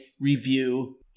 review